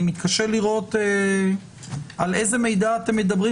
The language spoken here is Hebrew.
אני מתקשה לראות על איזה מידע אתם מדברים